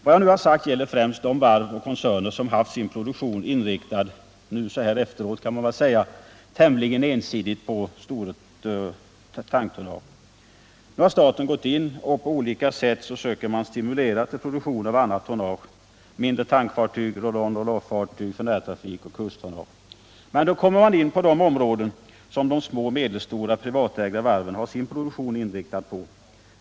Vad jag nu har sagt gäller främst de varv och koncerner som tämligen ensidigt —det kan man väl säga så här efteråt — har haft sin produktion inriktad på större tanktonnage. Nu har staten gått in med stöd och försöker på olika sätt stimulera till produktion av annat tonnage —- mindre tankfartyg, roll-onroll-off-fartyg för närtrafik och kusttonnage. Men då kommer man in på de områden som de små och medelstora privatägda varven har sin produktion inriktad på.